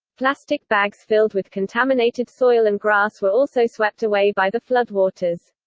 plastic bags filled with contaminated soil and grass were also swept away by the flood waters.